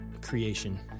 Creation